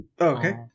Okay